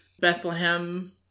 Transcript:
Bethlehem